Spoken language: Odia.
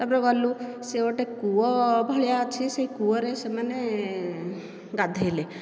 ତାପରେ ଗଲୁ ସେ ଗୋଟିଏ କୂଅ ଭଳିଆ ଅଛି ସେ କୂଅରେ ସେମାନେ ଗାଧୋଇଲେ